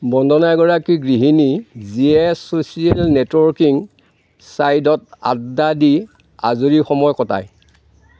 বন্দনা এগৰাকী গৃহিণী যিয়ে ছ'চিয়েল নেটৱৰ্কিং চাইটত আড্ডা দি আজৰি সময় কটায়